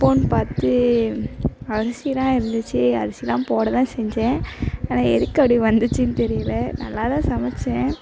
அப்போதுன்னு பார்த்து அரிசிலாம் இருந்துச்சு அரிசிலாம் போட தான் செஞ்சேன் ஆனால் எதுக்கு அப்படி வந்துச்சுன்னு தெரியல நல்லா தான் சமைத்தேன்